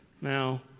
Now